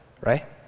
Right